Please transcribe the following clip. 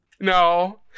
No